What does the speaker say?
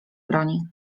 broni